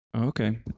Okay